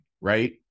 right